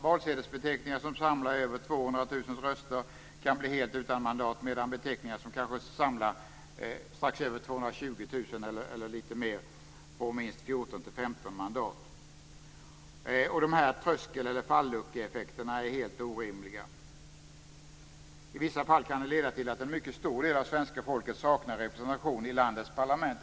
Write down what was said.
Valsedelsbeteckningar som samlar strax över 200 000 röster blir helt utan mandat, medan beteckningar som samlar strax över 220 000 röster får minst 14-15 mandat. Dessa tröskel eller falluckeeffekter är helt orimliga. I vissa fall kan de leda till att en mycket stor del av svenska folket saknar representation i landets parlament.